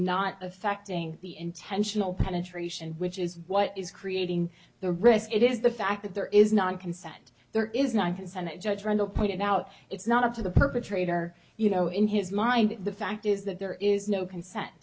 not affecting the intentional penetration which is what is creating the risk it is the fact that there is not consent there is not consented judge randall pointed out it's not up to the perpetrator you know in his mind the fact is that there is no consent